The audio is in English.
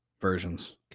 Versions